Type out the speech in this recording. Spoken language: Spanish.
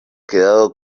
quedado